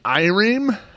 Irem